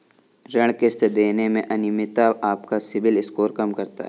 ऋण किश्त देने में अनियमितता आपका सिबिल स्कोर कम करता है